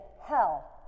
hell